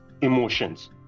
emotions